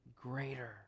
greater